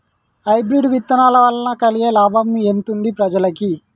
Hybrid విత్తనాల వలన కలిగే లాభం ఎంతుంది ప్రజలకి?